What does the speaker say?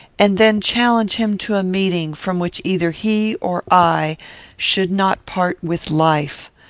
and then challenge him to a meeting, from which either he or i should not part with life.